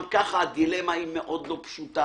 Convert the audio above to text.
גם כך הדילמה היא לא פשוטה.